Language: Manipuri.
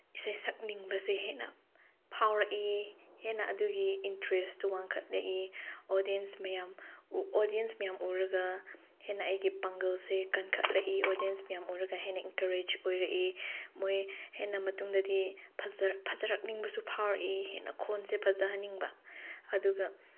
ꯏꯁꯩ ꯁꯛꯅꯤꯡꯕꯁꯦ ꯍꯦꯟꯅ ꯐꯥꯎꯔꯛꯏ ꯍꯦꯟꯅ ꯑꯗꯨꯒꯤ ꯏꯟꯇꯔꯦꯁꯇꯨ ꯋꯥꯡꯈꯠꯂꯛꯏ ꯑꯣꯗꯤꯌꯟꯁ ꯃꯌꯥꯝ ꯑꯣꯗꯤꯌꯟꯁ ꯃꯌꯥꯝ ꯎꯔꯒ ꯍꯦꯟꯅ ꯑꯩꯒꯤ ꯄꯥꯡꯒꯜꯁꯦ ꯀꯟꯈꯠꯂꯛꯏ ꯑꯣꯗꯤꯌꯟꯁ ꯃꯌꯥꯝ ꯎꯔꯒ ꯍꯦꯟꯅ ꯏꯟꯀꯔꯦꯁ ꯑꯣꯏꯔꯛꯏ ꯃꯣꯏ ꯍꯦꯟꯅ ꯃꯇꯨꯡꯗꯗꯤ ꯐꯖꯔꯛꯅꯤꯡꯕꯁꯨ ꯐꯥꯎꯔꯛꯏ ꯍꯦꯟꯅ ꯈꯣꯟꯁꯦ ꯐꯖꯍꯟꯅꯤꯡꯕ ꯑꯗꯨꯒ